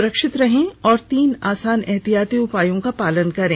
सुरक्षित रहें और तीन आसान उपायों का पालन करें